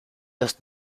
los